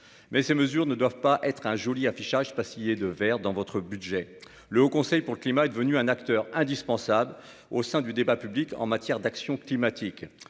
mais ces mesures ne doivent pas être un joli affichage pastillé de vert dans votre budget ... Le Haut Conseil pour le climat est devenu un acteur indispensable du débat public en matière d'action climatique.